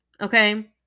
okay